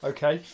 Okay